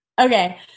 Okay